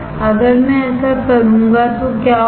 अगर मैं ऐसा करूंगा तो क्या होगा